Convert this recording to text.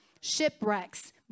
shipwrecks